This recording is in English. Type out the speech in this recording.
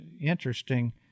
interesting